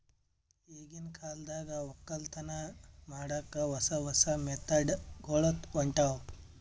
ಈಗಿನ್ ಕಾಲದಾಗ್ ವಕ್ಕಲತನ್ ಮಾಡಕ್ಕ್ ಹೊಸ ಹೊಸ ಮೆಥಡ್ ಗೊಳ್ ಹೊಂಟವ್